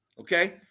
Okay